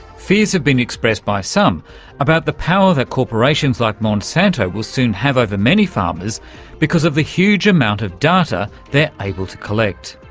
fears have been expressed by some about the power that corporations like monsanto will soon have over many farmers because of the huge amount of data they're able to collect.